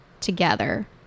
together